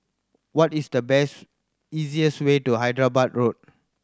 what is the best easiest way to Hyderabad Road